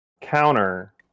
counter